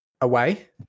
away